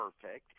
perfect